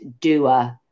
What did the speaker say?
doer